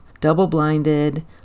double-blinded